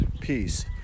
peace